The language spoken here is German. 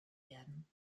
werden